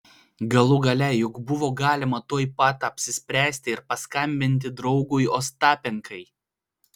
galų gale juk buvo galima tuoj pat apsispręsti ir paskambinti draugui ostapenkai